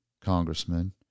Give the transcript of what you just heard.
congressman